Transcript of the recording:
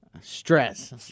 Stress